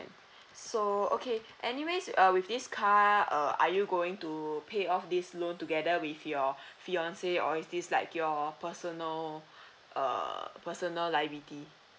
so okay anyways uh with this car err are you going to pay off this loan together with your fiance or is this like your personal err personal liability